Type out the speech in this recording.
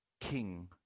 king